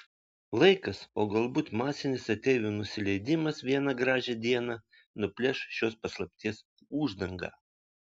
laikas o galbūt masinis ateivių nusileidimas vieną gražią dieną nuplėš šios paslapties uždangą